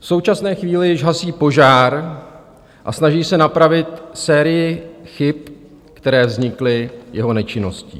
V současné chvíli již hasí požár a snaží se napravit sérii chyb, které vznikly jeho nečinností.